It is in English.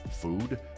food